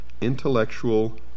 intellectual